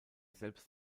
selbst